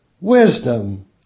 wisdom